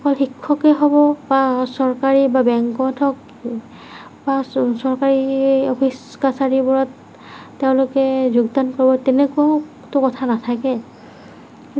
অকল শিক্ষকেই হ'ব বা চৰকাৰী বা বেংকত হওক চৰকাৰী অফিচ কাছাৰীবোৰত তেওঁলোকে যোগদান কৰিব তেনেকুৱাতো কথা নাথাকে